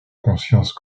conscience